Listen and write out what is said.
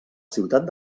ciutat